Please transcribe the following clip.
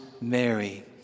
Mary